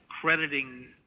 crediting